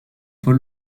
paul